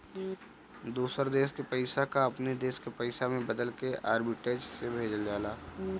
दूसर देस के पईसा कअ अपनी देस के पईसा में बदलके आर्बिट्रेज से भेजल जाला